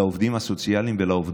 לעובדים הסוציאליים ולעובדות.